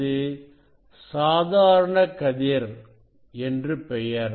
அது சாதாரண கதிர் என்று பெயர்